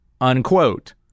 unquote